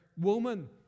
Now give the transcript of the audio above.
Woman